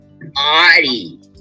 body